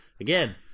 again